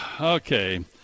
Okay